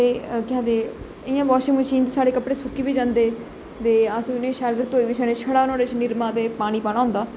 ते केह् आक्खदे इयां बाशिगं मशीन च साढ़े घर दे कपडे़ सुक्की बी जंदे दे अस उनेंगी शैल करियै धोई बी सकने छड़ा नुआढ़े च निरमा ते पानी पाना होंदा